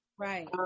Right